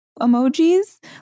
emojis